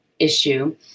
issue